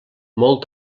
molt